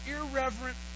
irreverent